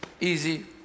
Easy